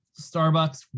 Starbucks